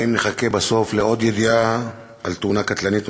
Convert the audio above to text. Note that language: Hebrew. האם נחכה בסוף לעוד ידיעה על תאונה קטלנית,